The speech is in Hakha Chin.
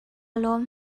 lawm